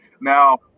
Now